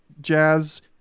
jazz